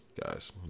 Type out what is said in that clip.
guys